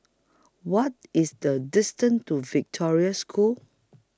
What IS The distance to Victoria School